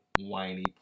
whiny